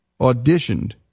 auditioned